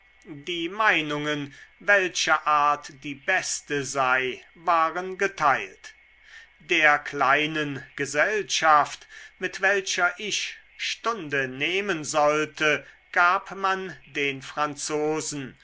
die meinungen welche art die beste sei waren geteilt der kleinen gesellschaft mit welcher ich stunde nehmen sollte gab man den franzosen